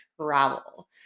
travel